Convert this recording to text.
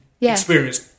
experience